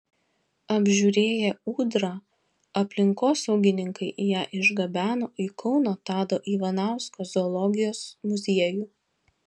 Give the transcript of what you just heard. apžiūrėję ūdrą aplinkosaugininkai ją išgabeno į kauno tado ivanausko zoologijos muziejų